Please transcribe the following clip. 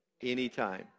anytime